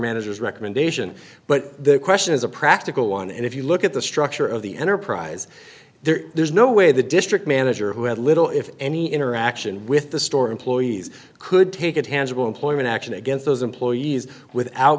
managers recommendation but the question is a practical one and if you look at the structure of the enterprise there's no way the district manager who had little if any interaction with the store employees could take a tangible employment action against those employees without